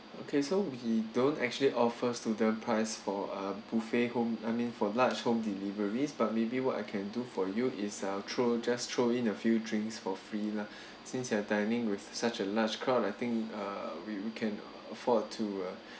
okay so we don't actually offers to the price for uh buffet home I mean for large home deliveries but maybe what I can do for you is uh throw just throw in a few drinks for free lah since you are dining with such a large crowd I think uh we can afford to uh